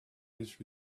his